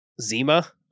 Zima